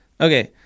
Okay